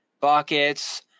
buckets